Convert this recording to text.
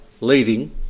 leading